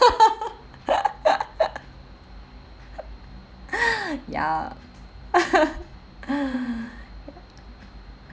ya